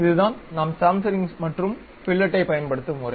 இதுதான் நாம் சாம்ஃபெரிங் மற்றும் ஃபில்லெட்டைப் பயன்படுத்தும் முறை